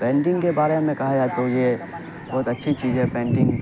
painting کے بارے میں کہا جاتا ہے یہ بہت اچھی چیز ہے پینٹنگ